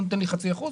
אתה נותן לי חצי אחוז?